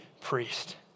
priest